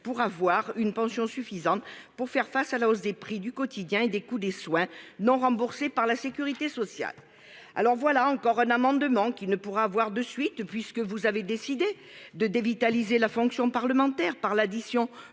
pour avoir une pension suffisante et faire face à la hausse des prix du quotidien ainsi qu'au coût des soins non remboursés par la sécurité sociale. Voilà encore un amendement qui ne pourra pas avoir de suite puisque vous avez décidé de dévitaliser la fonction parlementaire par l'addition